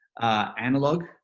analog